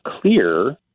clear